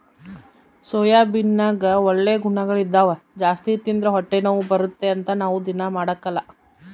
ಸೋಯಾಬೀನ್ನಗ ಒಳ್ಳೆ ಗುಣಗಳಿದ್ದವ ಜಾಸ್ತಿ ತಿಂದ್ರ ಹೊಟ್ಟೆನೋವು ಬರುತ್ತೆ ಅಂತ ನಾವು ದೀನಾ ಮಾಡಕಲ್ಲ